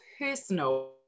personal